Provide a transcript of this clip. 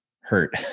hurt